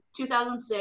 2006